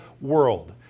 world